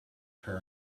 her